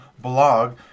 blog